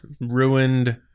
ruined